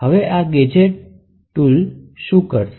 આ gadget tool શું કરશે